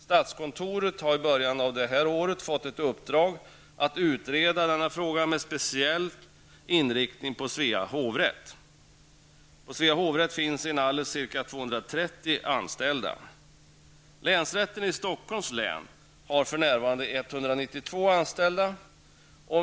Statskontoret har i början av detta år fått i uppdrag att utreda denna fråga med speciell inriktning på Svea hovrätt. Där finns inalles ca 230 anställda. Länsrätten i Stockholms län har för närvarande 192 anställda.